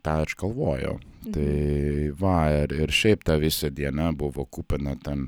tą aš galvojau tai va ir ir šiaip ta visa diena buvo kupina ten